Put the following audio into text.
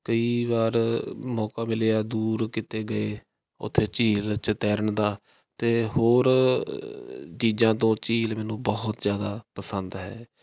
ਕਈ ਵਾਰ ਮੌਕਾ ਮਿਲਿਆ ਦੂਰ ਕਿਤੇ ਗਏ ਉੱਥੇ ਝੀਲ 'ਚ ਤੈਰਨ ਦਾ ਅਤੇ ਹੋਰ ਚੀਜ਼ਾਂ ਤੋਂ ਝੀਲ ਮੈਨੂੰ ਬਹੁਤ ਜ਼ਿਆਦਾ ਪਸੰਦ ਹੈ